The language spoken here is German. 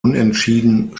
unentschieden